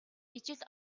ижил